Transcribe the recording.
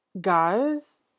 guys